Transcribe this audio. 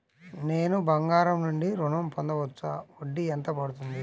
నేను బంగారం నుండి ఋణం పొందవచ్చా? వడ్డీ ఎంత పడుతుంది?